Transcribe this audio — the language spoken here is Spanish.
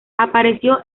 apareció